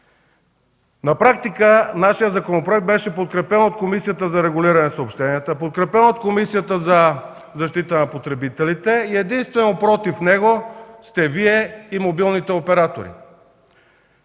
На практика нашият законопроект беше подкрепен от Комисията за регулиране на съобщенията, подкрепен от Комисията за защита на потребителите и единствено против него сте Вие и мобилните оператори.